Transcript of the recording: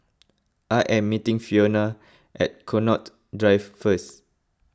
I am meeting Fiona at Connaught Drive first